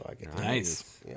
Nice